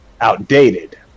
outdated